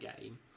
game